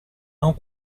non